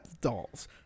dolls